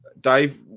Dave